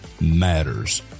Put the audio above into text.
matters